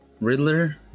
Riddler